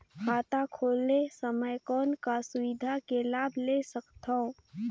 खाता खोले समय कौन का सुविधा के लाभ ले सकथव?